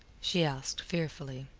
she asked, fearfully.